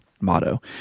motto